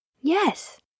Yes